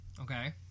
Okay